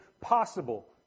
possible